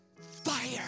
fire